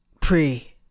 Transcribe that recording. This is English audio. Pre